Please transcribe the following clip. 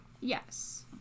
yes